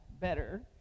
better